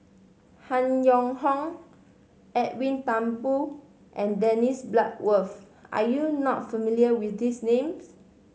Han Yong Hong Edwin Thumboo and Dennis Bloodworth are you not familiar with these names